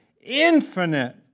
infinite